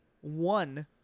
one